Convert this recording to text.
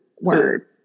word